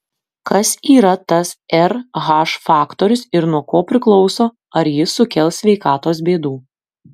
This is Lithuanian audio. kas yra tas rh faktorius ir nuo ko priklauso ar jis sukels sveikatos bėdų